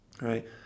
right